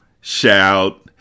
shout